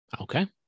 Okay